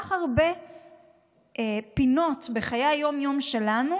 בכל כך הרבה פינות בחיי היום-יום שלנו